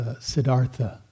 Siddhartha